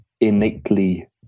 innately